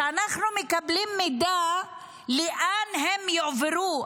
שאנחנו מקבלים מידע לאן הן יועברו,